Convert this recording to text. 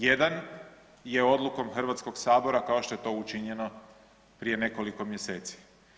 Jedan je odlukom Hrvatskog sabora kao što je to učinjeno prije nekoliko mjeseci.